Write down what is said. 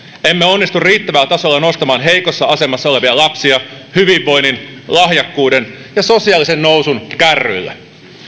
emme onnistu riittävällä tasolla nostamaan heikossa asemassa olevia lapsia hyvinvoinnin lahjakkuuden ja sosiaalisen nousun kärryille